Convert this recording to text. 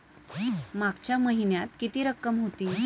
मागच्या महिन्यात किती रक्कम होती?